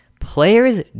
players